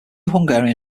hungarian